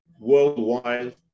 worldwide